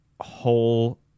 whole